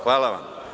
Hvala vam.